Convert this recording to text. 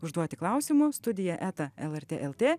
užduoti klausimų studija eta lrt lt